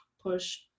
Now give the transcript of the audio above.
push